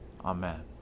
Amen